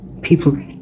people